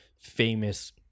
famous